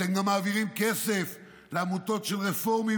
אתם מעבירים כסף לעמותות של רפורמים,